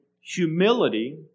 humility